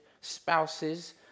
Spouses